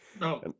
No